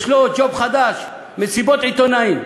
יש לו ג'וב חדש: מסיבות עיתונאים.